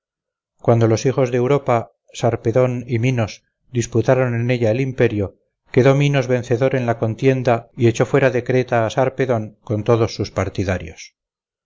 cuando los hijos de europa sarpedon y minos disputaron en ella el imperio quedó minos vencedor en la contienda y echó fuera de creta a sarpedon con todos sus partidarios